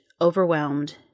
overwhelmed